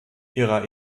ihrer